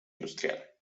industrial